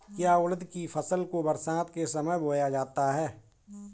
क्या उड़द की फसल को बरसात के समय बोया जाता है?